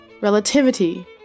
Relativity